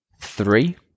three